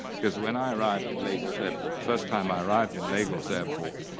because when i arrived in lagos airport, the first time i arrived in lagos airport,